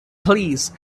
please